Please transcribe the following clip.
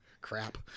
crap